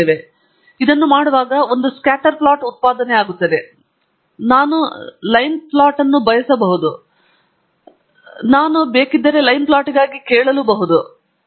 ಮತ್ತು ನಾನು ಇದನ್ನು ಮಾಡುವಾಗ ಇದು ಒಂದು ಸ್ಕ್ಯಾಟರ್ ಪ್ಲಾಟ್ ಅನ್ನು ಉತ್ಪಾದಿಸುತ್ತದೆ ಆದರೆ ನಾನು ಆದರ್ಶಪ್ರಾಯ ಲೈನ್ ಪ್ಲ್ಯಾಟ್ ಅನ್ನು ಬಯಸುತ್ತೇನೆ ಮತ್ತು ನಾನು ಬಯಸಿದರೆ ಲೈನ್ ಪ್ಲ್ಯಾಟ್ಗಾಗಿ ಕೇಳಬಹುದು ಮತ್ತು ಇದು ಲೈನ್ ಪ್ಲ್ಯಾಟ್ ಆಗಿದೆ